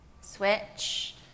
Switch